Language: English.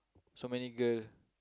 so many girl